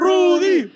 Rudy